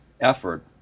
effort